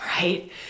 right